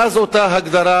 מאז אותה הגדרה,